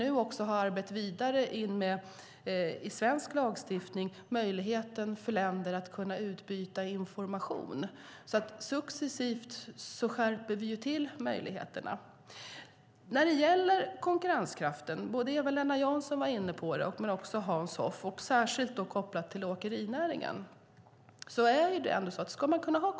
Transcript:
I svensk lagstiftning har vi vidareberett möjligheten för länder att utbyta information. Det sker alltså en successiv skärpning. Både Eva-Lena Jansson och Hans Hoff nämnde konkurrenskraften kopplat till åkerinäringen.